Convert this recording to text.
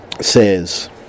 Says